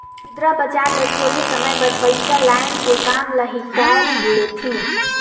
मुद्रा बजार ले थोरहें समे बर पइसा लाएन के काम ल हिंकाएल लेथें